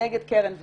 נגד קרן וקסנר,